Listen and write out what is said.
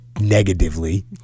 negatively